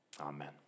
Amen